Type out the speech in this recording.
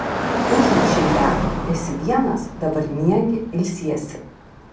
užmušei ją esi vienas dabar miegi ilsiesi